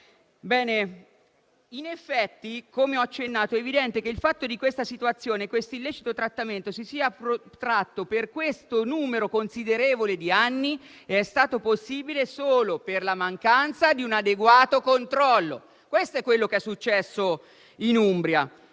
In effetti, come ho accennato, evidentemente il fatto che questa situazione di illecito trattamento si sia protratta per questo numero considerevole di anni è stato possibile solo per la mancanza di un adeguato controllo. Questo è quello che è successo in Umbria.